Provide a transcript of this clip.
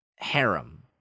harem